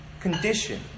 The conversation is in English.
Condition